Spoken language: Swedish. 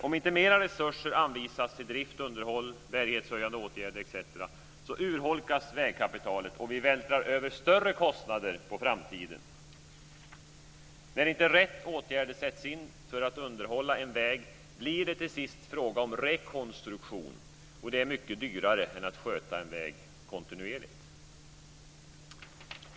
Om inte mera resurser anvisas till drift, underhåll, bärighetshöjande åtgärder etc. så urholkas vägkapitalet, och vi vältrar över större kostnader på framtiden. När inte rätt åtgärder sätts in för att underhålla en väg blir det till sist fråga om rekonstruktion, och det är mycket dyrare än att sköta en väg kontinuerligt.